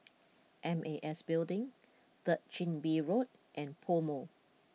M A S Building Third Chin Bee Road and PoMo